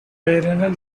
diurnal